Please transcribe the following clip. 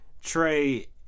trey